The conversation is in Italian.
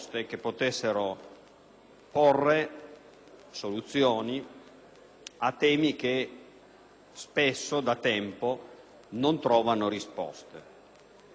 una soluzione a temi che spesso, da tempo, non trovano risposte.